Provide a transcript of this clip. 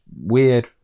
weird